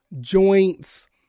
joints